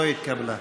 לא התקבלה.